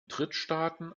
drittstaaten